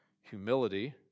humility